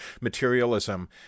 materialism